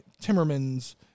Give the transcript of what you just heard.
Timmermans